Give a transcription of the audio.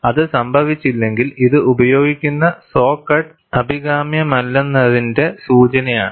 അത് സംഭവിച്ചില്ലെങ്കിൽ ഇത് ഉപയോഗിക്കുന്ന സോ കട്ട് അഭികാമ്യമല്ലെന്നതിന്റെ സൂചനയാണ്